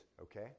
okay